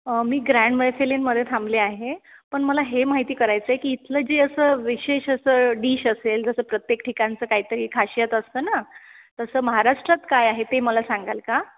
मी grand व्हीसेलिन मध्ये थांबले आहे पण मला हे माहिती करायच आहे की इथले जे अस विशेष अस डीश असेल जस प्रत्येक ठिकाणच काहीतर खाशियत असत ना तस महाराष्ट्रात काय आहे ते मला सांगाल का